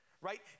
right